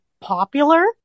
popular